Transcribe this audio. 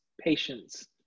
patience